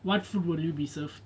what food will you be served